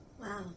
Wow